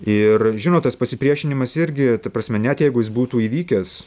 ir žinot tas pasipriešinimas irgi ta prasme net jeigu jis būtų įvykęs